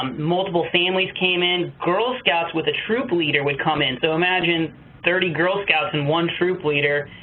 um multiple families came in, girls scouts with a troop leader would come in. so imagine thirty girl scouts and one troop leader